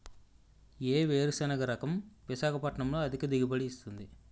ఏ వేరుసెనగ రకం విశాఖపట్నం లో అధిక దిగుబడి ఇస్తుంది?